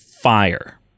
fire